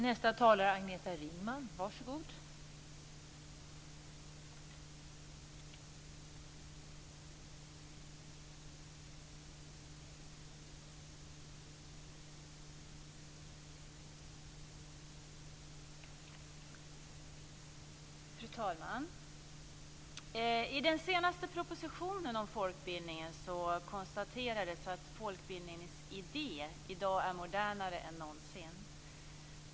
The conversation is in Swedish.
Fru talman! I den senaste propositionen om folkbildningen konstaterades att folkbildningens idé i dag är modernare än någonsin.